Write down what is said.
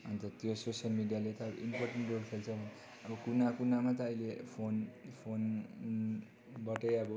अन्त त्यो सोसियल मिडियाले त इम्पोर्टेन्ट रोल खेल्छ अब कुना कुनामा त अहिले फोन फोन बाटै अब